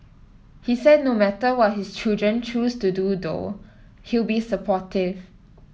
he said no matter what his children choose to do though he'll be supportive